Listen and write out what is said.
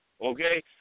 okay